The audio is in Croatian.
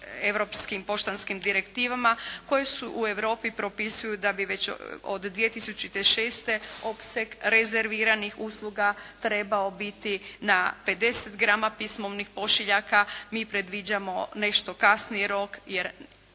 Europskim poštanskim direktivama koje u Europi propisuju da bi već od 2006. opseg rezerviranih usluga trebao biti na 50 grama pismovnih pošiljaka. Mi predviđamo nešto kasniji rok jer